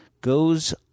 goes